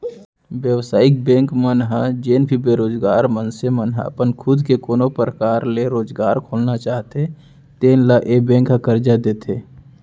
बेवसायिक बेंक मन ह जेन भी बेरोजगार मनसे मन ह अपन खुद के कोनो परकार ले रोजगार खोलना चाहते तेन ल ए बेंक ह करजा देथे